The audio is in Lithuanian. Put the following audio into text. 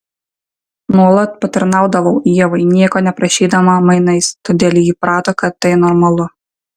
nuolat patarnaudavau ievai nieko neprašydama mainais todėl ji įprato kad tai normalu